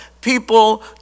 people